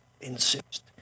insist